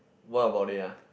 what about it ah